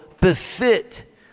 befit